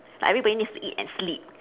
like everybody needs to eat and sleep